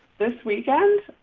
this weekend?